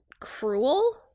cruel